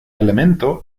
elemento